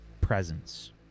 presence